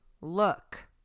look